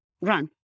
run